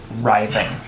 Writhing